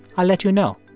i'll let you know.